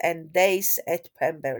and Days at Pemberley"